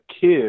kid